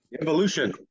evolution